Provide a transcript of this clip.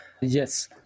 Yes